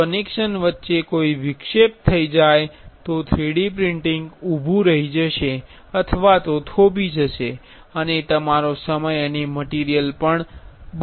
જો કનેક્શન વચ્ચે કોઈ વિક્ષેપ હોય તો 3D પ્રિન્ટિંગ થોભી જશે અને તમારો સમય અને મટીરિયલ બગડશે